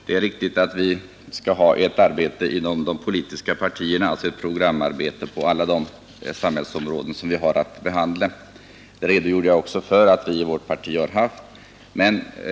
Herr talman! Det är riktigt att de politiska partierna måste bedriva ett programarbete på alla de samhällsområden som vi har att behandla. Jag redogjorde också för att vi i vårt parti har gjort det.